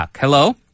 Hello